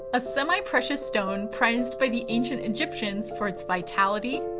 a semi-precious stone prized by the ancient egyptians for its vitality,